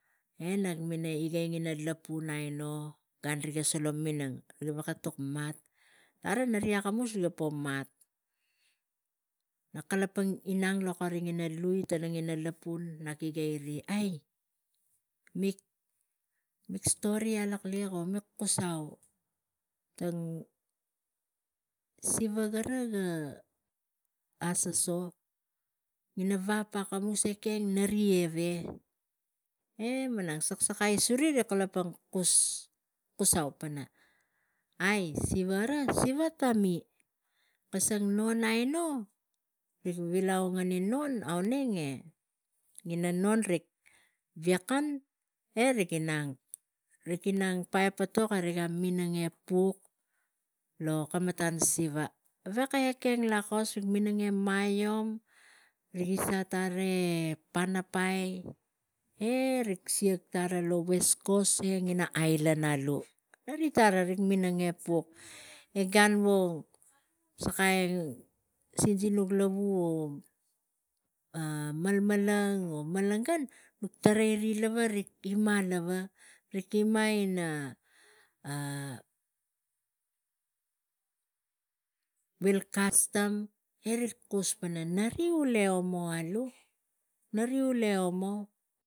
E nag minang e igei lapun aino gan riga sula minang rik veko tuk mat ara nari akamus rik po mat. Nak kalapang inang tana kari lui ina lapun e igei ri, "ai mik stori lak liek, mik kusai tang siva gara ga asasoso inap vap akamus ekeng neri eve e malang sa ai suri rik kalapang kusai pana, "ai siva gara siva tami kisang non ang aino rik mo au ngo nani non auneng e ina non rik viken e rik inang. Rik inang pae potok riga minang e puk lo kamatan vap gaveko ekeng lakos rik minang e omo rik i sa ri e panapai e rik inang tara e west coast e ina ailan go neri tara nge puk lavu vo a malmalang nuk tara ri lava gima lava rik ima ina vil kastam e rik kus pana naniu alu le omo.